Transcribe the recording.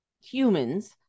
humans